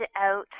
out